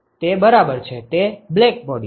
તે બરાબર છે તે બ્લેકબોડી છે